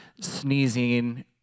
sneezing